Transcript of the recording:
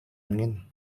angin